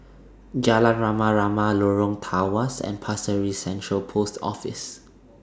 Jalan Rama Rama Lorong Tawas and Pasir Ris Central Post Office